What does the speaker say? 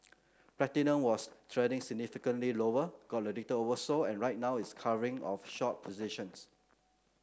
platinum was trending significantly lower got a little oversold and right now it's covering of short positions